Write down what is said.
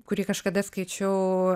kurį kažkada skaičiau